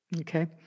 Okay